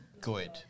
good